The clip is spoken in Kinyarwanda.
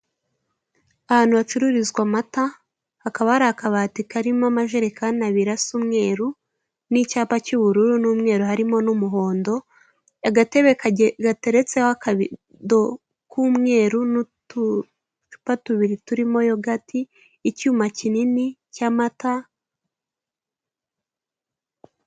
Ahantu hacururizwa amata, hakaba hari akabati karimo amajerekani abiri asa umweru n'icyapa cy'ubururu n'umweru harimo n'umuhondo, agatebe gateretseho akabido k'umweru n'uducupa tubiri turimo yogati, icyuma kinini cy'amata.